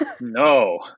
no